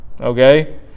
okay